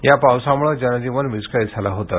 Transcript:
या पावसामुळे जनजीवन विस्कळीत झालं होतं